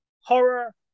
Horror